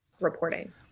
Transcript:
reporting